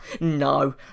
no